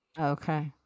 Okay